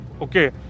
Okay